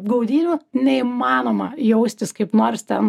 gaudynių neįmanoma jaustis kaip nots ten